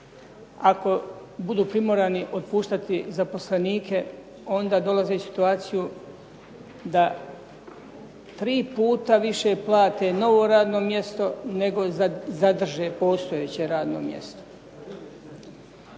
ako budu primorani otpuštati zaposlenike onda dolaze u situaciju da 3 puta više plate novo radno mjesto nego zadrže postojeće radno mjesto.